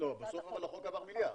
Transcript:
אבל בסוף בחוק עבר מיליארד.